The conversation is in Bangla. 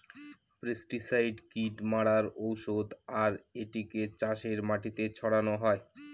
পেস্টিসাইড কীট মারার ঔষধ আর এটিকে চাষের মাটিতে ছড়ানো হয়